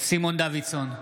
סימון דוידסון,